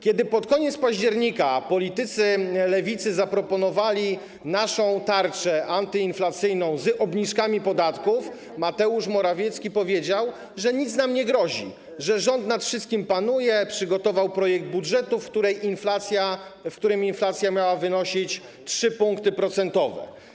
Kiedy pod koniec października politycy Lewicy zaproponowali naszą tarczę antyinflacyjną z obniżkami podatków, Mateusz Morawiecki powiedział, że nic nam nie grozi, że rząd nad wszystkim panuje, przygotował projekt budżetu, w którym inflacja miała wynosić 3 punkty procentowe.